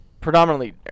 predominantly